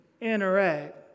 interact